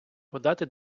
подати